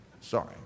Sorry